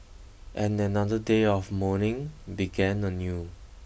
and another day of morning began anew